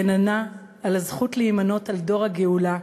רננה, על הזכות להימנות עם דור הגאולה,